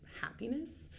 happiness